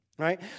right